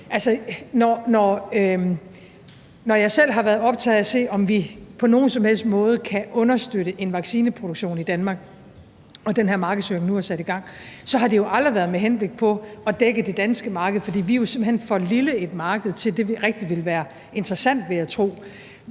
når jeg selv har været optaget af at se, om vi på nogen som helst måde kan understøtte en vaccineproduktion i Danmark, og den her markedshøring nu er sat i gang, har det jo aldrig været med henblik på at dække det danske marked, for vi er simpelt hen for lille et marked til, at det rigtig ville være interessant, vil jeg tro.